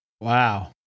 wow